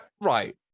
Right